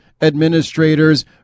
administrators